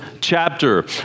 chapter